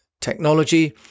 technology